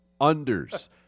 Unders